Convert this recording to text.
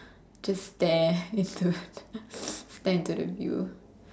just stare into stare into the view